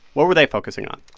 what were they focusing on?